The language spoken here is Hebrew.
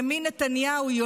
בנימין נתניהו,